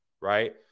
right